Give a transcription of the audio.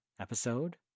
episode